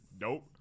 nope